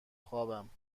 خوابم